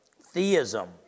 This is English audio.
Theism